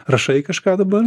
rašai kažką dabar